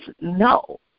no